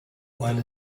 while